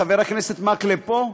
חבר הכנסת מקלב פה?